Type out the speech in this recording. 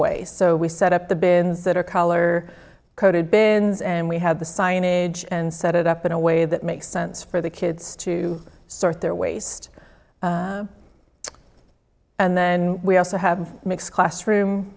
way so we set up the bins that are color coded bins and we have the scion age and set it up in a way that makes sense for the kids to sort their waste and then we also have mix classroom